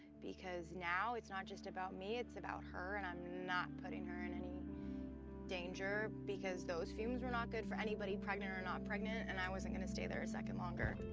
because now it's not just about me. it's about her, and i'm not putting her in any danger. because those fumes were not good for anybody, pregnant or not pregnant, and i wasn't gonna stay there a second longer.